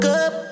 up